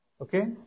Okay